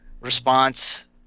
response